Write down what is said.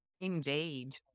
Indeed